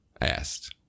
asked